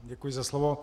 Děkuji za slovo.